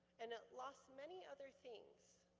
and i lost many other things.